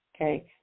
Okay